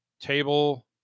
Table